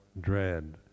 dread